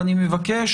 ואני מבקש,